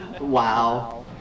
Wow